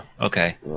Okay